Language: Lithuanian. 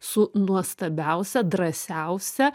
su nuostabiausia drąsiausia